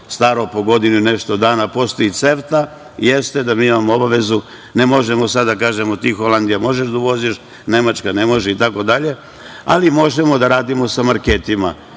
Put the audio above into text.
staro po godinu i nešto dana. Postoji CEFTA, jeste da mi imamo obavezu, ne možemo sada da kažemo ti Holandija možeš da uvoziš, Nemačka ne može itd, ali možemo da radimo sa marketima,